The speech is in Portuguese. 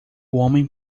homem